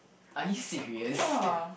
are you serious